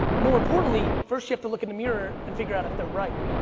more importantly, first you have to look in the mirror and figure out if they're right.